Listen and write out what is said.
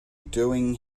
doing